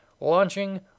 launching